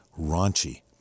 Raunchy